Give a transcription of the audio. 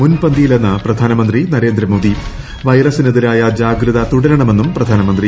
മുൻപന്തിയിലെന്ന് പ്രധാനമന്ത്രി നരേന്ദ്രമോദി വൈറസിനെതിരായ ജാഗ്രത തുടരണമെന്നും പ്രധാനമന്ത്രി